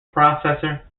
processor